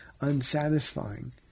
unsatisfying